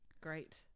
great